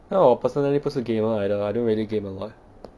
因为我 personally 不是 gamer 来的 I don't really game a lot